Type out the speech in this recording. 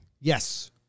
Yes